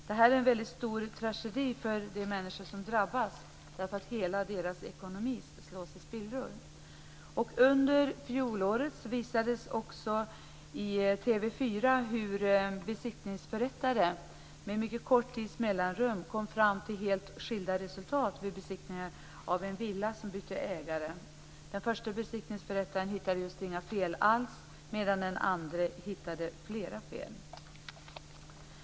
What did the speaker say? Det här är en väldigt stor tragedi för de människor som drabbas, därför att hela deras ekonomi slås i spillror. Under fjolåret visades också i TV 4 hur besiktningsförrättare med mycket kort tids mellanrum kom fram till helt skilda resultat vid besiktningar av en villa som bytte ägare. Den första besiktningsförrättaren hittade just inga fel alls medan den andra hittade flera fel.